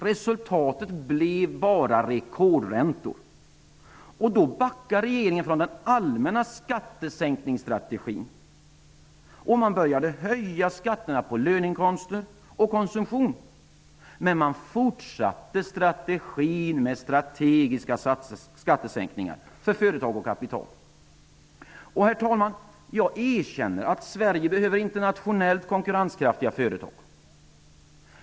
Resultatet blev bara rekordräntor. Då backade regeringen från den allmänna skattesänkningsstrategin. Man började höja skatterna på löneinkomster och konsumtion. Men man fortsatte strategin med strategiska skattesänkningar för företag och kapital. Herr talman! Jag erkänner att Sverige behöver internationellt konkurrenskraftiga företag.